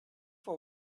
for